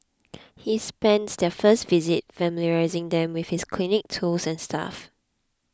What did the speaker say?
he spends their first visit familiarising them with his clinic tools and staff